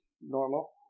Normal